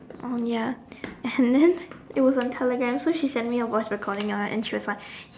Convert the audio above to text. um ya and then it was on telegram so she sent me a voice recording of it and she was like